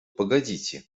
погодите